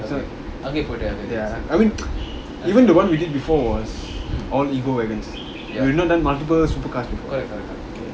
so ya I mean even the one we did before was all we have not done multiples correct correct correct